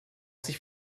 sich